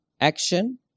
action